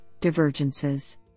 divergences